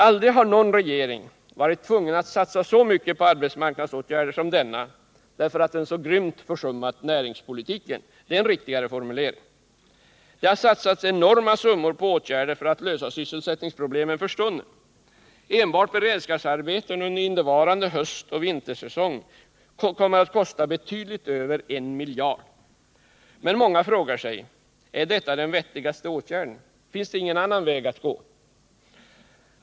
Aldrig har någon regering varit tvungen att satsa så mycket på arbetsmarknadsåtgärder som denna, därför att den så grymt försummat näringspolitiken — det är en riktigare formulering. Det har satsats enorma summor på åtgärder för att lösa sysselsättningsproblemen för stunden. Enbart beredskapsarbeten under innevarande höstoch vintersäsong kommer att kosta betydligt över en miljard. Men många frågar sig: Är detta den vettigaste åtgärden? Finns det ingen annan väg att gå?